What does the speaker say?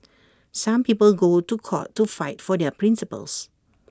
some people go to court to fight for their principles